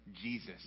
Jesus